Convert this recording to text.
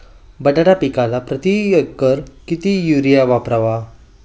बटाटा पिकाला प्रती एकर किती युरिया वापरावा?